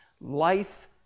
life